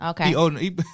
okay